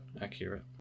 accurate